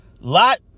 lot